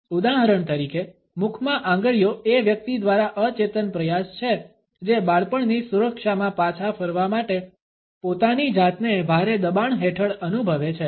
ઉદાહરણ તરીકે મુખમાં આંગળીઓ એ વ્યક્તિ દ્વારા અચેતન પ્રયાસ છે જે બાળપણની સુરક્ષામાં પાછા ફરવા માટે પોતાની જાતને ભારે દબાણ હેઠળ અનુભવે છે